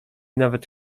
nawet